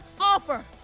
offer